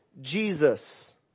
Jesus